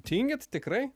tingit tikrai